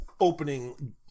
opening